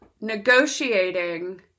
negotiating